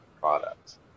products